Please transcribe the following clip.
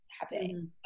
happening